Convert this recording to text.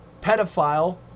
pedophile